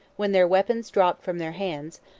when their weapons dropped from their hands,